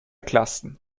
klassen